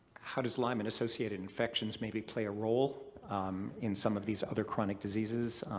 how does lyme and associated infections maybe play a role in some of these other chronic diseases?